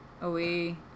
away